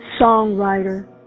Songwriter